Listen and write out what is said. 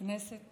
כנסת